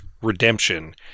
redemption